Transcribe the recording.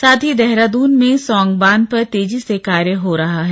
साथ ही देहरादून में सौंग बांध पर तेजी से कार्य हो रहा है